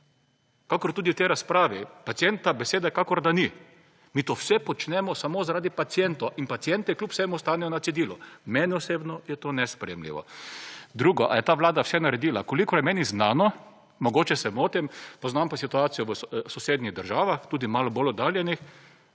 kakor da ni. **71. TRAK: (TB) – 15.50** (nadaljevanje) Mi to vse počnemo samo zaradi pacientov in pacienti kljub vsemu ostanejo na cedilu. Meni osebno je to nesprejemljivo. Drugo, ali je ta Vlada vse naredila? Koliko je meni znano, mogoče se motim, poznam pa situacijo v sosednjih državah, tudi malo bolj oddaljenih,